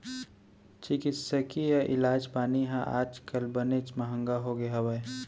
चिकित्सकीय इलाज पानी ह आज काल बनेच महँगा होगे हवय